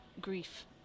grief